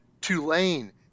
Tulane